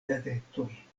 gazetoj